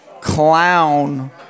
clown